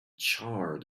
charred